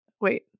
Wait